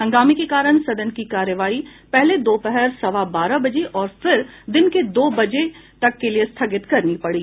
हंगामे के कारण सदन की कार्यवाही पहले दोपहर सवा बारह बजे और फिर दिन के दो बजे स्थगित करनी पड़ी